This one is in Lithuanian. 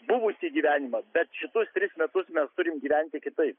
buvusį gyvenimą bet šituos tris metus mes turim gyventi kitaip